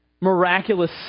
miraculous